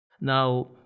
Now